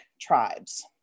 tribes